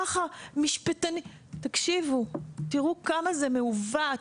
תראו כמה זה מעוות,